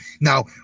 Now